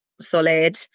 solid